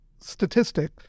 statistic